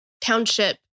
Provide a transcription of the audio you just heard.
township